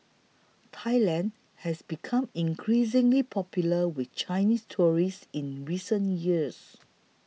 Thailand has become increasingly popular with Chinese tourists in recent years